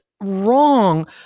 wrong